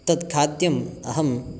तत् खाद्यम् अहम्